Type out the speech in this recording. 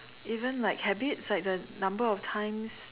even like habits like the number of times